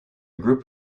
group